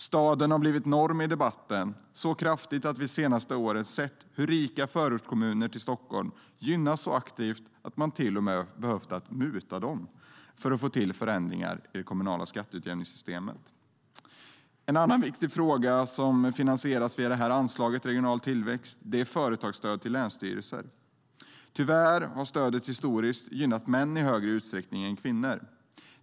Staden har blivit norm i debatten, så kraftigt att vi de senaste åren har sett hur rika förortskommuner till Stockholm gynnats så aktivt att man till och med har behövt "muta" dem för att få till förändringar i det kommunala skatteutjämningssystemet. En annan viktig fråga som finansieras via anslaget regional tillväxt är företagsstöd till länsstyrelser. Tyvärr har stöden historiskt gynnat män i högre utsträckning än kvinnor.